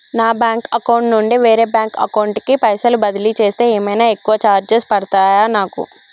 నా bank account నుండి వేరే బ్యాంక్ అకౌంట్ కి పైసల్ బదిలీ చేస్తే ఏమైనా ఎక్కువ చార్జెస్ పడ్తయా నాకు?